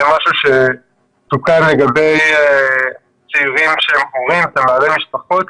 משהו שתוקן לגבי צעירים שהם הורים ובעלי משפחות,